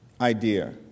idea